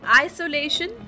isolation